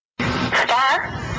Star